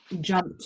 jump